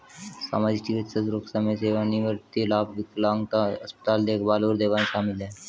सामाजिक, चिकित्सा सुरक्षा में सेवानिवृत्ति लाभ, विकलांगता, अस्पताल देखभाल और दवाएं शामिल हैं